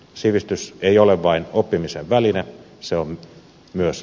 sivistys ei ole vain oppimisen väline se on myös